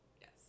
yes